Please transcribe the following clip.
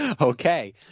Okay